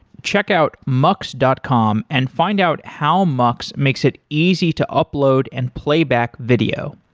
check out mux dot com and find out how mux makes it easy to upload and playback video.